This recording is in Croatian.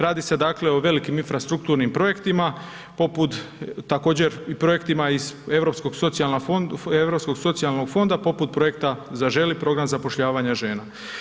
Radi se dakle o velikim infrastrukturnim projektima poput također i projektima iz Europskog socijalnog fonda, poput projekta „Zaželi“ program zapošljavanja žena.